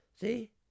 See